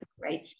right